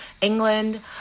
England